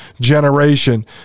generation